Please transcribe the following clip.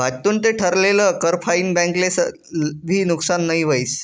भाजतुन ठे घर लेल कर फाईन बैंक ले भी नुकसान नई व्हस